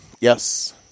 yes